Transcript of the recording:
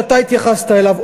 שאתה התייחסת אליו,